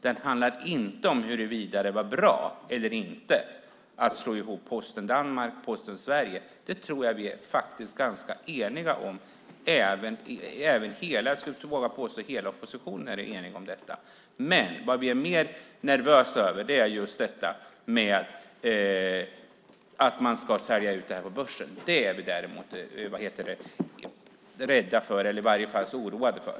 Den handlar inte om huruvida det var bra eller inte att slå ihop Posten Danmark och Posten Sverige. Det tror jag att vi faktiskt är ganska eniga om - även hela oppositionen, vågar jag nog påstå. Men vad vi är mer nervösa för är just detta med att man ska sälja ut det här på börsen. Det är vi rädda för - i varje fall oroade för.